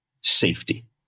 safety